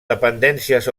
dependències